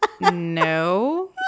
no